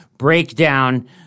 Breakdown